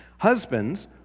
Husbands